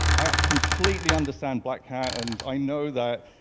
i ah completely understand blackhat and i know that,